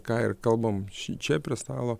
ką ir kalbam šičia prie stalo